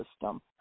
system